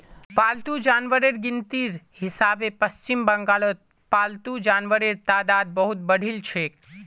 पालतू जानवरेर गिनतीर हिसाबे पश्चिम बंगालत पालतू जानवरेर तादाद बहुत बढ़िलछेक